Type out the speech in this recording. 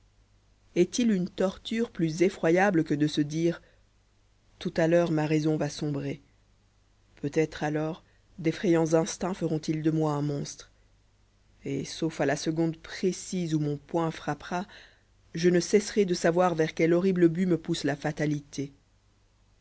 est-il une torture plus effroyable que de se dire tout à l'heure ma raison va sombrer peut-être alors d'effrayants instincts feront-ils de moi un monstre et sauf à la seconde précise où mon poing frappera je ne cesserai de savoir vers quel horrible but me pousse la fatalité